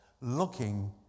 Looking